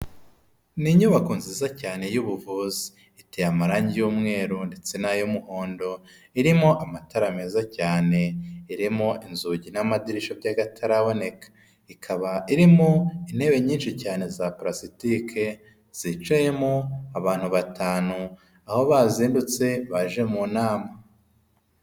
Ni inyubako nziza cyane y'ubuvuzi, iteye amarangi y'umweru ndetse n'ay'umuhondo, irimo amatara meza cyane, irimo inzugi n'amadirishya by'akataraboneka, ikaba irimo intebe nyinshi cyane za parasitike zicayemo abantu batanu, aho bazindutse baje mu nama.